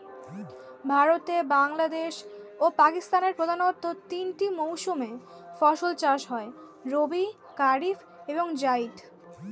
ভারতে, বাংলাদেশ ও পাকিস্তানের প্রধানতঃ তিনটি মৌসুমে ফসল চাষ হয় রবি, কারিফ এবং জাইদ